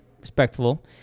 respectful